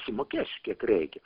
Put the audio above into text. sumokėsiu kiek reikia